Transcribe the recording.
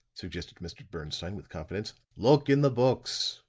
suggested mr. bernstine with confidence. look in the books.